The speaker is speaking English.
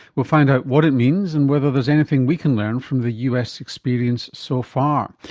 we'll find out what it means and whether there's anything we can learn from the us experience so far.